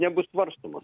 nebus svarstomas